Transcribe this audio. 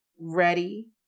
Ready